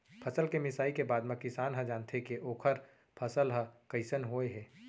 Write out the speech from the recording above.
फसल के मिसाई के बादे म किसान ह जानथे के ओखर फसल ह कइसन होय हे